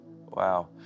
Wow